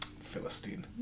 Philistine